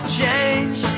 change